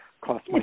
cost